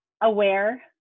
aware